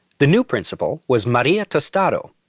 the new principal was maria tostado.